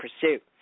pursuit